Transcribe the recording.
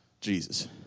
Jesus